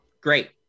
Great